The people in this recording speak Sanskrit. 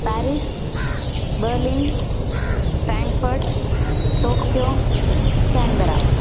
Paris Berlin Frankfurt Tokyo Canberra